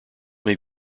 may